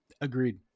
Agreed